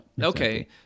Okay